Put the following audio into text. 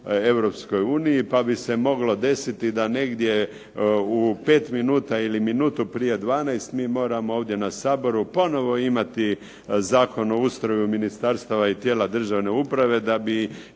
Europskoj uniji, pa bi se moglo desiti da negdje u pet minuta ili minutu prije 12 mi moramo ovdje na Saboru ponovo imati Zakon o ustroju ministarstava i tijela državne uprave da bi